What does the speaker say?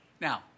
Now